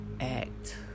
act